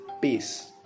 Peace